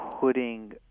putting